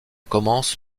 commence